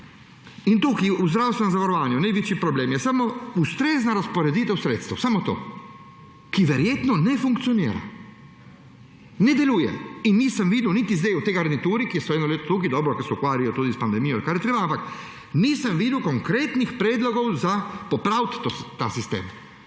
se dogaja. V zdravstvenem zavarovanju je največji problem samo ustrezna razporeditev sredstev, samo to, ki verjetno ne funkcionira, ne deluje. In nisem videl niti sedaj v tej garnituri, ki so eno leto tukaj, se ukvarjajo s pandemijo in s čimer je treba, ampak nisem videl konkretnih predlogov za popraviti ta sistem.